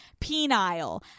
Penile